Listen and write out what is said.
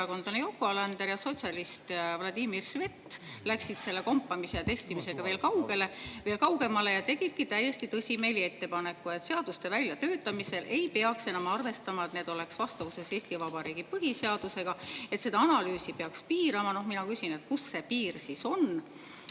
ja sotsialist Vladimir Svet läksid kompamise ja testimisega veel kaugemale ja tegidki täiesti tõsimeeli ettepaneku, et seaduste väljatöötamisel ei peaks enam arvestama, et need oleks vastavuses Eesti Vabariigi põhiseadusega, ja seda analüüsi peaks piirama. Mina küsin, kus see piir siis on.